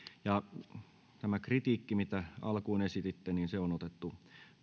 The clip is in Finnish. ja tämä kritiikki mitä alkuun esititte on otettu